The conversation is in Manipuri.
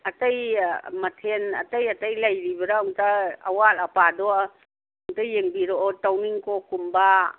ꯑꯇꯩ ꯃꯊꯦꯟ ꯑꯇꯩ ꯑꯇꯩ ꯂꯩꯔꯤꯕꯔꯥ ꯑꯝꯇ ꯑꯋꯥꯠ ꯑꯄꯥꯗꯣ ꯑꯝꯇ ꯌꯦꯡꯕꯤꯔꯛꯑꯣ ꯇꯧꯅꯤꯡꯈꯣꯛꯀꯨꯝꯕ